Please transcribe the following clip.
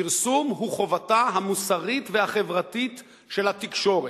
פרסום הוא חובתה המוסרית והחברתית של התקשורת.